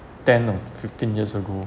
ten or fifteen years ago